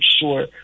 sure